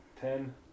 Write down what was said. Ten